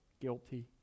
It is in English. guilty